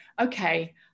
okay